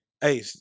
hey